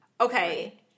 Okay